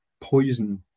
poison